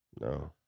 no